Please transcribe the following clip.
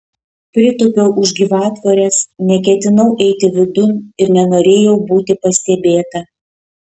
pritūpiau už gyvatvorės neketinau eiti vidun ir nenorėjau būti pastebėta